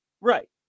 Right